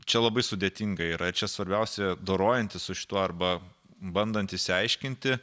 čia labai sudėtinga yra čia svarbiausia dorojantis su šituo arba bandant išsiaiškinti